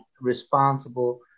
responsible